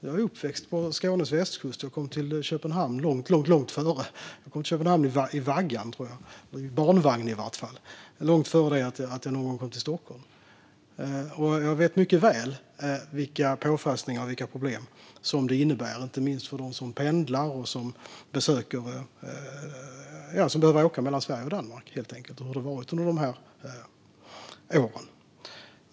Jag är uppvuxen på Skånes västkust och kom till Köpenhamn i vaggan, eller i varje fall i barnvagnen - långt innan jag kom till Stockholm. Jag vet mycket väl vilka påfrestningar och problem detta innebär, inte minst för dem som pendlar och behöver åka mellan Sverige och Danmark, och hur det har varit under de här åren.